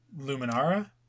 Luminara